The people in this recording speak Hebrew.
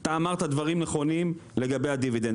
אתה אמרת דברים נכונים לגבי הדיבידנד.